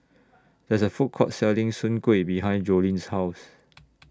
There IS A Food Court Selling Soon Kway behind Joleen's House